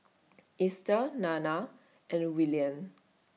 Easter Nana and Willian